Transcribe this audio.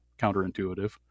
counterintuitive